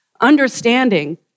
understanding